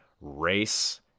race